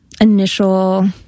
initial